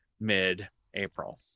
mid-April